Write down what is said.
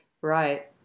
Right